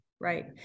Right